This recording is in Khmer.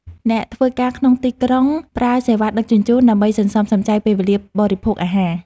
អ្នកធ្វើការក្នុងទីក្រុងប្រើសេវាដឹកជញ្ជូន ដើម្បីសន្សំសំចៃពេលវេលាបរិភោគអាហារ។